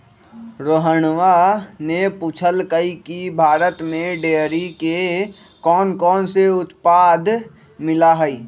रोहणवा ने पूछल कई की भारत में डेयरी के कौनकौन से उत्पाद मिला हई?